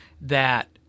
that-